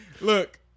Look